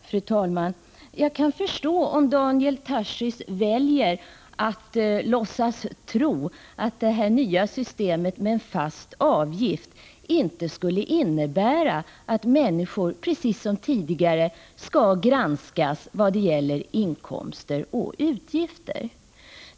Fru talman! Jag kan förstå att Daniel Tarschys väljer att låtsas tro att det nya systemet med en fast avgift inte skulle innebära att människor, precis som tidigare, skall granskas vad gäller inkomster och utgifter.